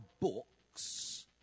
books